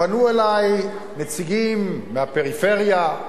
פנו אלי נציגים מהפריפריה,